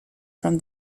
from